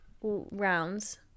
rounds